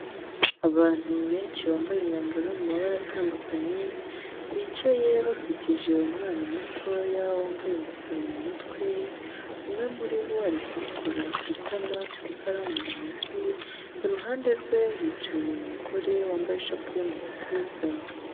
Abantu benshi bambaye imyambaro yo mu mabara atandukanye, bicaye bakikije umwana mutoya wambaye ingofero mu mutwe, umwe muri bo ari kumukora ku itama afite ikaramu mu ntoki, iruhande rwe hicaye umugore wambaye ishapule mu gatuza.